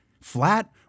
flat